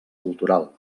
cultural